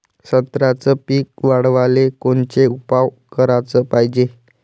संत्र्याचं पीक वाढवाले कोनचे उपाव कराच पायजे?